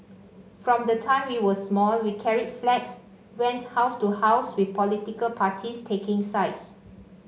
from the time we were small we carried flags went house to house with political parties taking sides